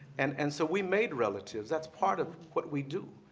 and and so we made relatives. that's part of what we do.